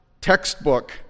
textbook